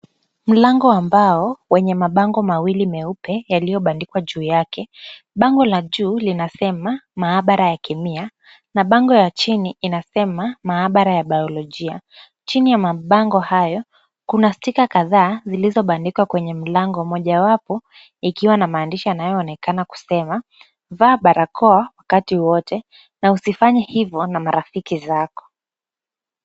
Mlango wa mbao wenye mabango mawili meupe yaliyobandikwa juu yake. Bango la juu linasema maabara ya kemia na bango ya chini inasema maabara ya bayolojia. Chini ya mabango hayo kuna stika kadhaa zilizobandikwa kwenye mlango moja wapo ikiwa na maandishi yanayoonekana kusema, vaa barakoa wakati wote na usifanye hivo na marafiki zako.